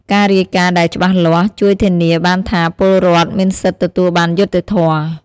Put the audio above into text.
ការរាយការណ៍ដែលច្បាស់លាស់ ជួយធានាបានថាពលរដ្ឋមានសិទ្ធិទទួលបានយុត្តិធម៌។